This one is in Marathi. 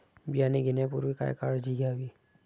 बियाणे घेण्यापूर्वी काय काळजी घ्यावी?